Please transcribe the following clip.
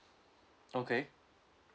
okay